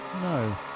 No